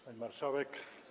Pani Marszałek!